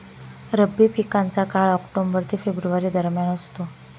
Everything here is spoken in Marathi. रब्बी पिकांचा काळ ऑक्टोबर ते फेब्रुवारी दरम्यान असतो